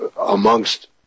amongst